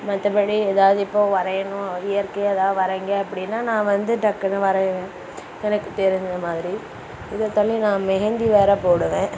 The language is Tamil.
மற்றபடி ஏதாவது இப்போது வரையணும் இயற்கையா ஏதாவது வரைங்க அப்படின்னா நான் வந்து டக்குன்னு வரையுவேன் எனக்கு தெரிஞ்ச மாதிரி இதை தள்ளி நான் மெஹந்தி வேற போடுவேன்